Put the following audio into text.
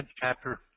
chapter